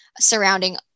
surrounding